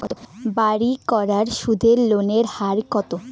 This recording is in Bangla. বাড়ির করার লোনের সুদের হার কত?